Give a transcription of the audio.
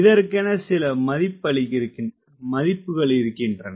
இதற்கென சில மதிப்புகளிருக்கிண்றன